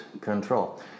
Control